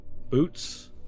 boots